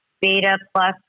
beta-plus